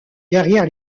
derrière